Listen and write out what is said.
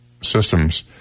systems